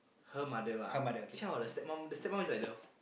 her mother lah tell like the stepmom the stepmom is like the